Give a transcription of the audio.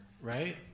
right